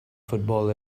football